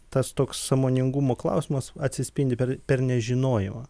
tas toks sąmoningumo klausimas atsispindi per per nežinojimą